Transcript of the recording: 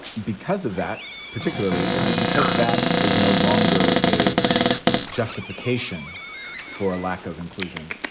because of that, particularly because that is no longer a justification for a lack of inclusion.